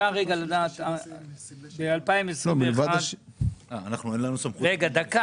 רגע שנייה אחת, דקה